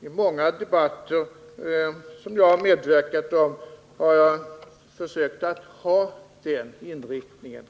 I många debatter som jag medverkat i har jag försökt ha den inriktningen.